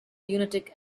lunatic